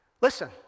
Listen